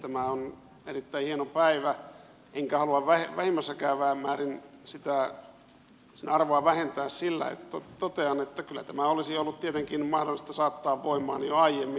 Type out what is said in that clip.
tämä on erittäin hieno päivä enkä halua vähimmässäkään määrin sen arvoa vähentää sillä että totean että kyllä tämä olisi ollut tietenkin mahdollista saattaa voimaan jo aiemmin